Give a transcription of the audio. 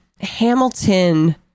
Hamilton